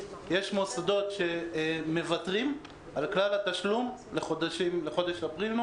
יש מוסדות שמוותרים על כלל התשלום לחודש אפריל,